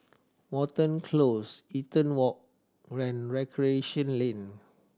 Watten Close Eaton Walk and Recreation Lane